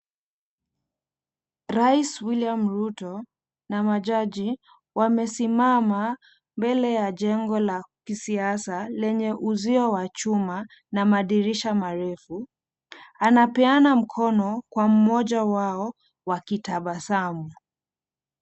Rais William Ruto na majaji wamesimama mbele ya jengo la kisiasa lenye uzio wa chuma na madirisha marefu anapeana mkono kwa mmoja wao wakitabasamu.